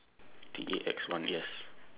T A X one yes